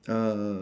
uh